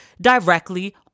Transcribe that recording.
directly